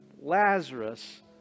Lazarus